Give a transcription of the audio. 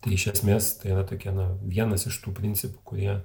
tai iš esmės tai yra tokia na vienas iš tų principų kurie